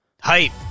Hype